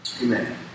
Amen